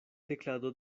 teclado